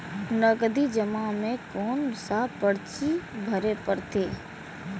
नगदी जमा में कोन सा पर्ची भरे परतें?